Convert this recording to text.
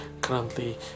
currently